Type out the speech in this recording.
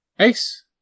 Ace